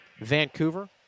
Vancouver